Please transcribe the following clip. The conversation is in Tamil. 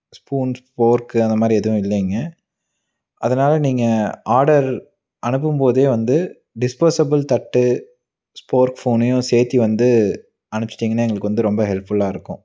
ஸ்பூன்ஸ் ஃபோர்க் அந்த மாதிரி எதுவும் இல்லைங்க அதனால் நீங்கள் ஆர்டர் அனுப்பும்போதே வந்து டிஸ்போசபுல் தட்டு ஸ்போர்க் ஃபோனையும் சேர்த்தி வந்து அனுப்பிச்சிட்டிங்கன்னா எங்களுக்கு வந்து ரொம்ப ஹெல்ப்ஃபுல்லாக இருக்கும்